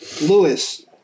Lewis